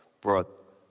brought